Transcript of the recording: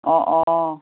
অঁ অঁ